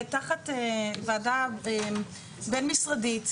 תחת ועדה בין משרדית,